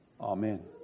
Amen